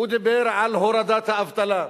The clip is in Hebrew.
הוא דיבר על הורדת האבטלה.